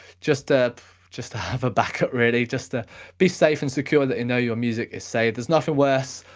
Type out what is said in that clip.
just ah just to have a backup really. just to be safe and secure, that you know you music is saved. there's nothing worse,